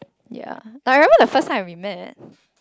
ya I remember the first time when we met